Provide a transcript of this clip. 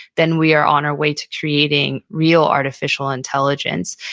then we are on our way to creating real artificial intelligence.